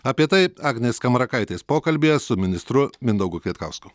apie tai agnės skamarakaitės pokalbyje su ministru mindaugu kvietkausku